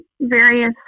various